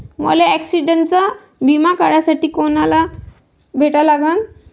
मले ॲक्सिडंटचा बिमा काढासाठी कुनाले भेटा लागन?